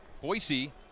Boise